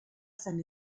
san